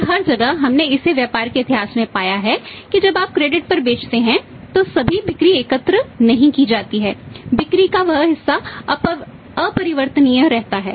और हर जगह हमने इसे व्यापार के इतिहास में पाया है कि जब आप क्रेडिट पर बेचते हैं तो सभी बिक्री एकत्र नहीं की जाती हैं बिक्री का वह हिस्सा अपरिवर्तनीय रहता है